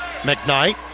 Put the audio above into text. McKnight